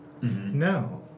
No